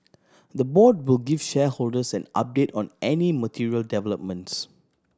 the board will give shareholders an update on any material developments